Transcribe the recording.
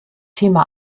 thema